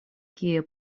kie